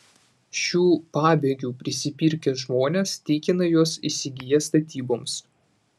šių pabėgių prisipirkę žmonės tikina juos įsigiję statyboms